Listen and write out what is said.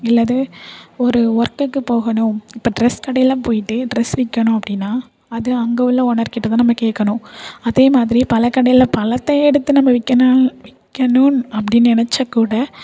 இல்லது ஒரு ஒர்க்குக்கு போகணும் இப்போ ட்ரெஸ் கடையில் போயிட்டு ட்ரெஸ் விற்கணும் அப்படின்னா அது அங்க உள்ள ஓனர்கிட்டதான் நம்ம கேட்கணும் அதேமாதிரி பழ கடையில் பழத்த எடுத்து நம்ம விற்கணும் விற்கணுன் அப்படின் நினைச்சாக்கூட